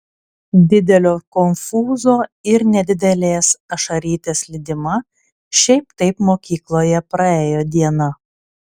didelio konfūzo ir nedidelės ašarytės lydima šiaip taip mokykloje praėjo diena